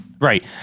right